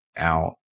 out